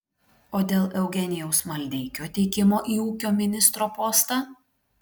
o dėl eugenijaus maldeikio teikimo į ūkio ministro postą